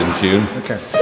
Okay